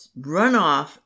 Runoff